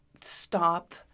stop